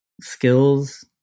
skills